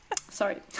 Sorry